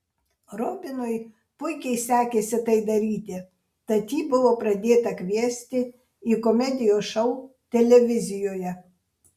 robinui puikiai sekėsi tai daryti tad jį buvo pradėta kviesti į komedijos šou televizijoje